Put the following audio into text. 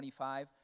25